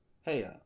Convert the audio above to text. Hey